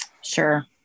Sure